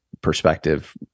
perspective